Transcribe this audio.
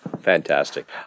Fantastic